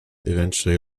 eventually